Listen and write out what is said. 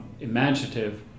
imaginative